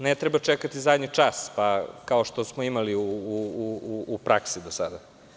Ne treba čekati zadnji čas, kao što smo imali u praksi do sada.